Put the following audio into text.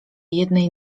jednej